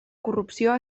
corrupció